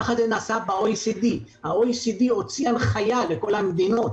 כך נעשה ב-OECD שהוציא הנחיה לכל המדינות,